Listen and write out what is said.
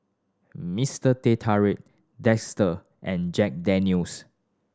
Mister Teh Tarik Dester and Jack Daniel's